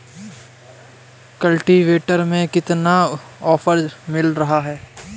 Cultivator में कितना offer मिल रहा है?